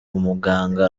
umuganga